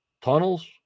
tunnels